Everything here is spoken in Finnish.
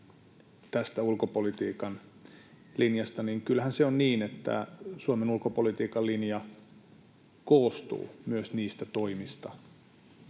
tästä ulkopolitiikan linjasta. Kyllähän se on niin, että Suomen ulkopolitiikan linja koostuu myös niistä toimista,